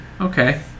Okay